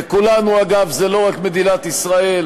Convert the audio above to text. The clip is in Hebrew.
וכולנו, אגב, זה לא רק מדינת ישראל,